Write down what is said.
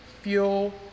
fuel